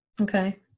Okay